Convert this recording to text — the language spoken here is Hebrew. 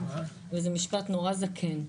וזה משפט נורא זקן.